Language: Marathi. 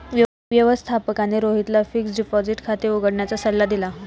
व्यवस्थापकाने रोहितला फिक्स्ड डिपॉझिट खाते उघडण्याचा सल्ला दिला